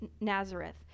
Nazareth